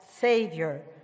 Savior